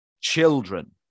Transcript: children